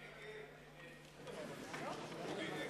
מי נגד?